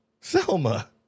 Selma